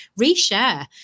reshare